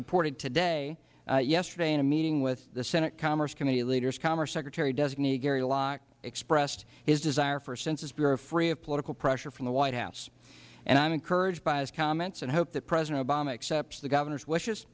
reported today yesterday in a meeting with the senate commerce committee leaders commerce secretary designee gary locke expressed his desire for a census bureau free of political pressure from the white house i am encouraged by his comments and hope that president obama accepts the governor's wishes